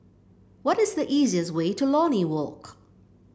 what is the easiest way to Lornie Walk